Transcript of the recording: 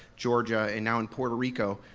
georgia and now in puerto rico,